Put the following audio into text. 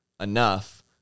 enough